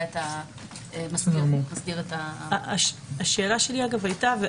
את מסגרת --- השאלה שלי אגב הייתה,